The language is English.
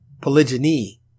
Polygyny